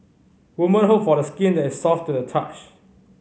woman hope for skin that is soft to the touch